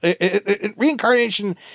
reincarnation